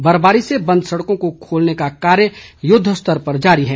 बर्फबारी से बंद सड़कों को खोलने का कार्य युद्ध स्तर पर जारी है